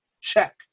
check